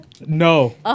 No